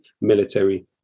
military